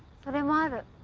for a minute. it